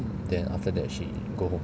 then after that she go home